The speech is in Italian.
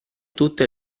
tutte